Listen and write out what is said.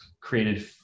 created